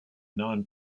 non